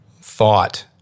thought